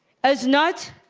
as not